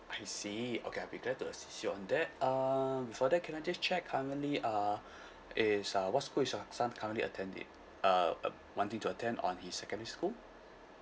I see okay I'd be glad to assist you on that um before that can I just check currently uh is uh what school is your son currently attending uh um wanting to attend on his secondary school